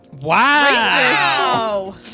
Wow